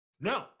No